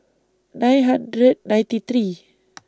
nine hundred ninety three